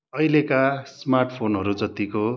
अहिलेका स्मार्ट फोनहरू जतिको